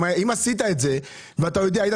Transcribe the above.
אתה אומר שהלוגיקה